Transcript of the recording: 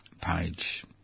page